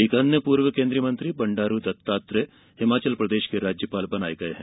एक अन्य पूर्व केन्द्रीय मंत्री बंडारू दत्तात्रेय हिमाचल प्रदेश के राज्यपाल बनाये गये हैं